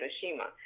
Hiroshima